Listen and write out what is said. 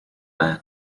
man